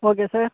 okay sir